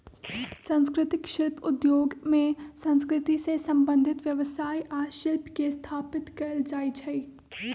संस्कृतिक शिल्प उद्योग में संस्कृति से संबंधित व्यवसाय आ शिल्प के स्थापित कएल जाइ छइ